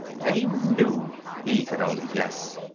they knew he could only guess.